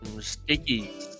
Sticky